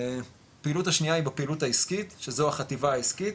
הפעילות השנייה היא בפעילות העיסקית שזו החטיבה העיסקית,